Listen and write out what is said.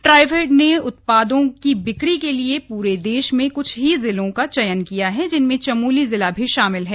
ट्राइफेड ने उत्पादों की बिक्री के लिए पूरे देश में क्छ ही जिलों का चयन किया है जिसमें चमोली जिला भी शामिल है